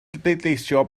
bleidleisio